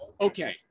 Okay